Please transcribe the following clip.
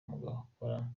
mugakora